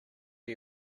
are